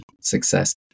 success